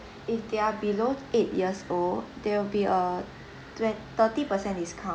if they are below eight years old there will be a twen~ thirty percent discount